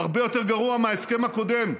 הרבה יותר גרוע מההסכם הקודם,